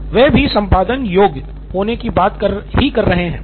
तो वह भी संपादन योग्य होने की बात ही कह रहे हैं